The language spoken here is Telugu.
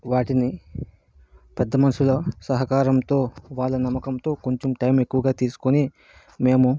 వాటిని పెద్ద మనుషుల సహకారంతో వాళ్ళ నమ్మకంతో కొంచెం టైం ఎక్కువగా తీసుకుని మేము